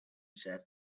said